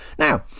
Now